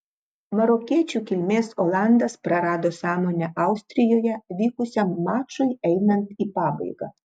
marokiečių kilmės olandas prarado sąmonę austrijoje vykusiam mačui einant į pabaigą